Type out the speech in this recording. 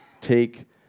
take